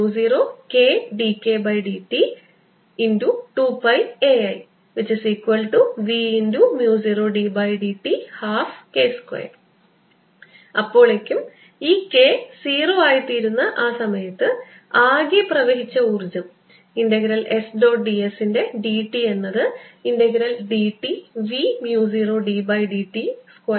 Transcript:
0ddt അപ്പോഴേക്കും ഈ K 0 ആയിത്തീരുന്ന ആ സമയത്ത് ആകെ പ്രവഹിച്ച ഊർജ്ജം integral S dot d S ന്റെ d t എന്നത് integral dt v mu 0 d by d t K square ആയിരിക്കും